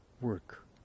work